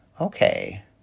Okay